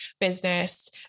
business